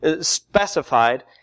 specified